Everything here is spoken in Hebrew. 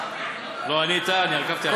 לא ענית, אני עקבתי אחריך.